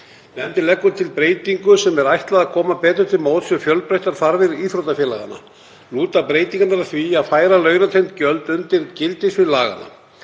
Nefndin leggur til breytingu sem er ætlað koma betur til móts við fjölbreyttar þarfir íþróttafélaganna. Lúta breytingarnar að því að færa launatengd gjöld undir gildissvið laganna.